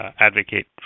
Advocate